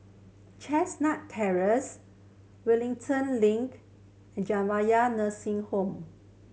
Chestnut Terrace Wellington Link and Jamiyah Nursing Home